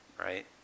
Right